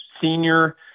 senior